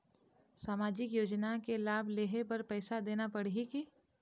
सामाजिक योजना के लाभ लेहे बर पैसा देना पड़ही की?